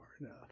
enough